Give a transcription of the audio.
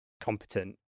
competent